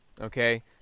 okay